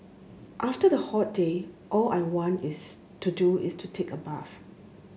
after a hot day all I want is to do is take a bath